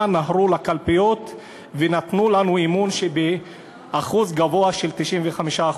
נהרו לקלפיות ונתנו בנו אמון באחוז גבוה של 95%,